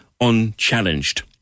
unchallenged